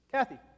Kathy